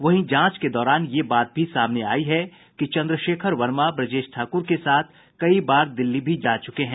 वहीं जांच के दौरान ये बात भी सामने आई है कि चंद्रशेखर वर्मा ब्रजेश ठाकुर के साथ कई बार दिल्ली भी जा चुके हैं